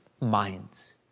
minds